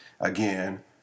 again